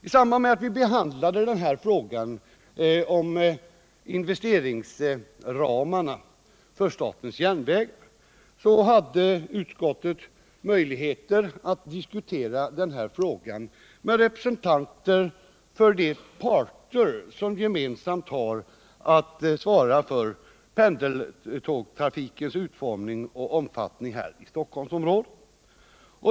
I samband med behandlingen av frågan om investeringsramarna för statens järnvägar hade utskottet möjlighet att diskutera frågan med representanter för de parter som gemensamt har att svara för pendeltågstrafikens utformning och omfattning i Stockholmsområdet.